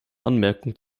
anmerkung